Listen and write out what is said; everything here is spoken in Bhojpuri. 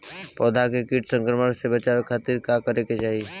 पौधा के कीट संक्रमण से बचावे खातिर का करे के चाहीं?